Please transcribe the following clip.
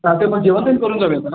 चालत आहे मग जेवण पण करून जाऊया